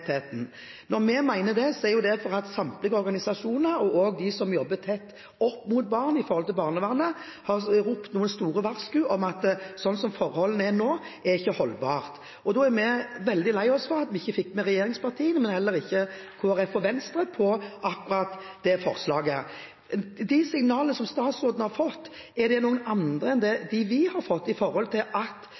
opp mot barn i barnevernet, har ropt sterkt varsku om at forholdene nå ikke er holdbare. Vi er veldig lei oss for at vi ikke fikk med oss regjeringspartiene, og heller ikke Kristelig Folkeparti og Venstre, på akkurat det forslaget. De signalene statsråden har fått, er det noen andre enn dem vi har fått, fra både PU og mottakene, om at